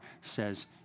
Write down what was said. says